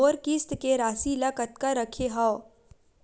मोर किस्त के राशि ल कतका रखे हाव?